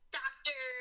doctor